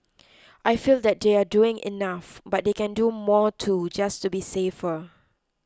I feel that they are doing enough but they can do more too just to be safer